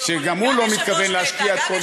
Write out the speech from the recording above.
שגם הוא לא מתכוון להשקיע את כל זמנו.